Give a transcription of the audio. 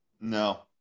No